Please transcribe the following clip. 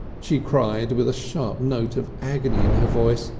she cried with a sharp note of agony in her voice,